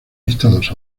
listados